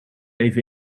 even